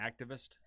activist